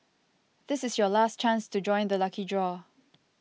this is your last chance to join the lucky draw